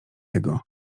jego